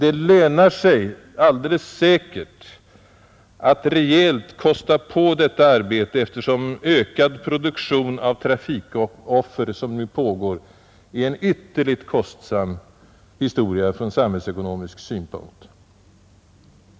Det lönar sig alldeles säkert att rejält kosta på detta arbete, eftersom den ökade produktion av trafikoffer som nu pågår är en ytterligt kostsam historia från samhällsekonomisk synpunkt.